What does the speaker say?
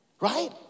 right